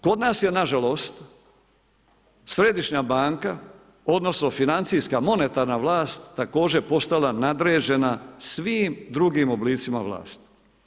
Kod nas je nažalost središnja banka odnosno financijska monetarna vlast također postala nadređena svim drugim oblicima vlasti.